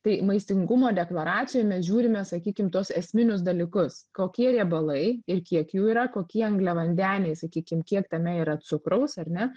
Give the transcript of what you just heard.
tai maistingumo deklaracijoj mes žiūrime sakykim tuos esminius dalykus kokie riebalai ir kiek jų yra kokie angliavandeniai sakykim kiek tame yra cukraus ar ne